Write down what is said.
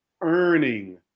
earning